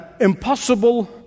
impossible